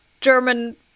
German